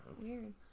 Weird